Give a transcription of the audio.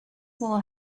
will